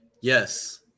Yes